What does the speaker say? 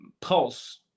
pulse